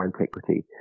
antiquity